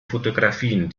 fotografien